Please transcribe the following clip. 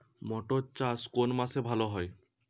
মটর চাষ কোন মাসে ভালো হয়?